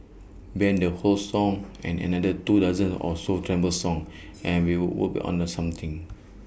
ban the whole song and another two dozen or so terrible songs and we'll would be on the something